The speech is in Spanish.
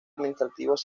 administrativos